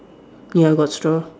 ya got straw